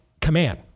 command